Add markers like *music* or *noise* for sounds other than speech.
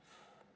*breath*